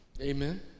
amen